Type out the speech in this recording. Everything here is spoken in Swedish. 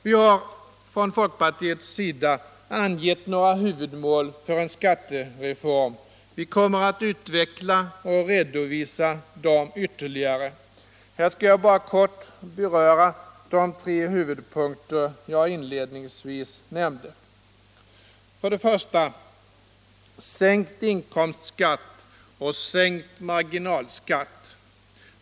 Vi har från folkpartiets sida angett några huvudmål för en skattereform. Vi kommer att utveckla och redovisa dem ytterligare. Här skall jag bara kort beröra de tre huvudpunkter jag inledningsvis nämnde. 1. Sänkt inkomstskatt och sänkt marginalskatt.